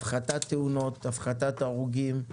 הפחתת תאונות, הפחתת מספר ההרוגים,